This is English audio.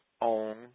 own